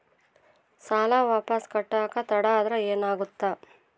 ಸಾಲ ವಾಪಸ್ ಕಟ್ಟಕ ತಡ ಆದ್ರ ಏನಾಗುತ್ತ?